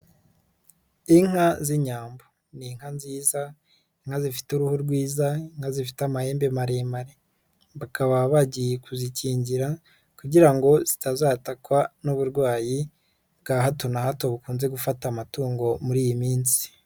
Inka z'inyambo ni inka nziza, inka zifite uruhu rwiza, inka zifite amahembe maremare, bakaba bagiye kuzikingira kugira ngo zitazatakwa n'uburwayi bwa hato na hato bukunze gufata amatungo muri iyi minsi.